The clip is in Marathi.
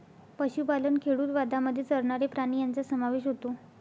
पशुपालन खेडूतवादामध्ये चरणारे प्राणी यांचा समावेश होतो